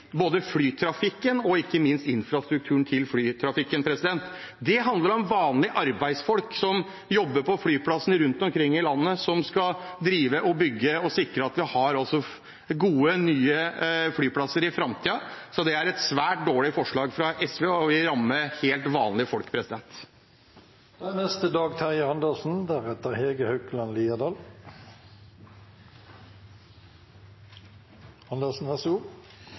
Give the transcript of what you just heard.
både flytrafikken og – ikke minst – infrastrukturen til flytrafikken. Det handler om vanlige arbeidsfolk som jobber på flyplassene rundt omkring i landet, som skal drive og bygge og sikre at vi har gode, nye flyplasser i framtiden. Det er et svært dårlig forslag fra SV og vil ramme helt vanlige folk. Dette er, som flere har vært inne på, den åttende pakken vi